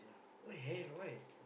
what the hell why